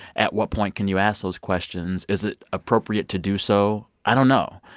at what point can you ask those questions? is it appropriate to do so? i don't know.